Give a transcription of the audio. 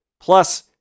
plus